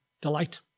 delight